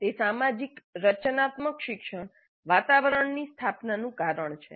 તે સામાજિક રચનાત્મક શિક્ષણ વાતાવરણની સ્થાપનાનું કારણ છે